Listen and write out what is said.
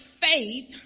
faith